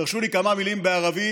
תרשו לי כמה מילים בערבית